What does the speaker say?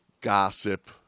gossip